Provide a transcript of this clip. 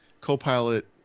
copilot